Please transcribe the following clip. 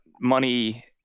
money